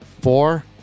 four